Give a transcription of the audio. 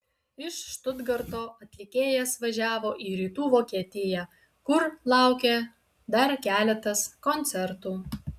iš štutgarto atlikėjas važiavo į rytų vokietiją kur laukė dar keletas koncertų